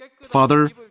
Father